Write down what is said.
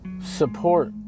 Support